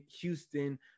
Houston